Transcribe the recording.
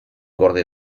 gorde